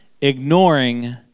ignoring